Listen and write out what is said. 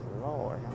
Lord